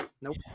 Nope